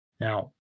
Now